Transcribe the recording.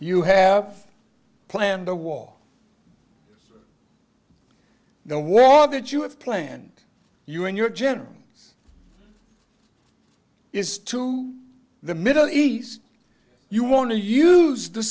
you have planned a war the war that you have planned you in your general is to the middle east you want to use the